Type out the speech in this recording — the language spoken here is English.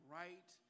right